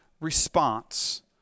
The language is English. response